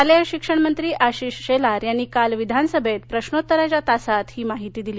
शालेय शिक्षणमंत्री आशिष शेलार यांनी काल विधानसभेत प्रश्नोत्तराच्या तासात ही माहिती दिली